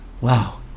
Wow